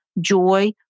joy